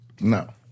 No